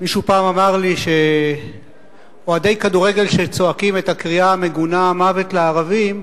מישהו פעם אמר לי שאוהדי כדורגל שצועקים את הקריאה המגונה "מוות לערבים"